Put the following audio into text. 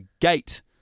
Gate